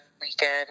weekend